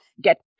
get